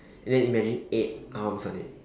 and then imagine eight arms on it